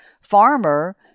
farmer